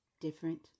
different